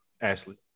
Ashley